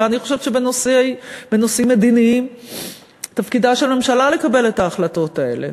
ואני חושבת שבנושאים מדיניים תפקידה של הממשלה לקבל את ההחלטות האלה.